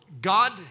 God